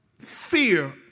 Fear